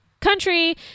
country